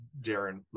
Darren